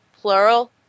plural